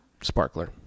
Sparkler